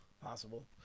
Possible